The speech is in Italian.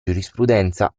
giurisprudenza